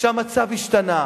שגם אצל רוני